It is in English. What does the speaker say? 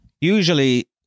Usually